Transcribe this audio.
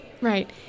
right